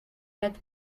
met